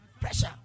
pressure